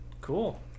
cool